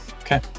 Okay